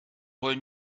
wollen